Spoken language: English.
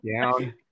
down